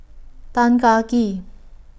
Tan Kah Kee